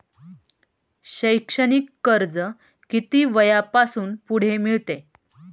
शैक्षणिक कर्ज किती वयापासून पुढे मिळते?